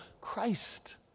Christ